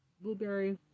blueberry